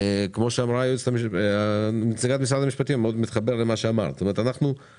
כפי שאמרה נציגת משרד המשפטים אני מתחבר מאוד אל דבריה כשאנחנו